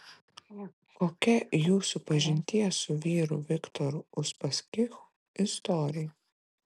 kokia jūsų pažinties su vyru viktoru uspaskichu istorija